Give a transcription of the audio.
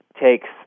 takes